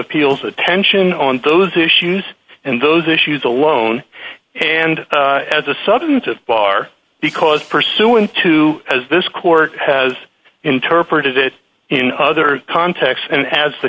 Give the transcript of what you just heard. appeal's attention on those issues and those issues alone and as a substantive bar because pursuant to as this court has interpreted it in other contexts and as the